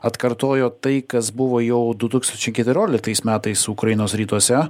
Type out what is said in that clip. atkartojo tai kas buvo jau du tūkstančiai keturioliktais metais ukrainos rytuose